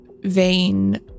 vein